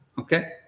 okay